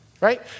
right